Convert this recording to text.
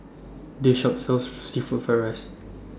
This Shop sells Seafood Fried Rice